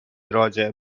راجع